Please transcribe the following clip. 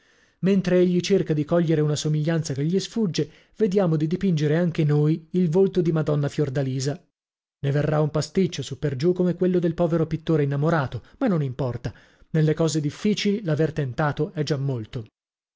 mentre egli cerca di cogliere una somiglianza che gli sfugge vediamo di dipingere anche noi il volto di madonna fiordalisa ne verrà un pasticcio suppergiù come quello del povero pittore innamorato ma non importa nelle cose difficili l'aver